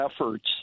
efforts